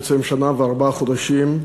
בעצם שנה וארבעה חודשים,